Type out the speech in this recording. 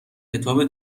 کتاب